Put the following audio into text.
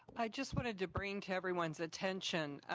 i just wanted to bring to everyone's attention